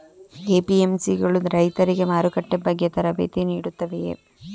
APMC ಗಳು ರೈತರಿಗೆ ಮಾರುಕಟ್ಟೆ ಬಗ್ಗೆ ತರಬೇತಿ ನೀಡುತ್ತವೆಯೇ?